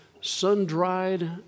sun-dried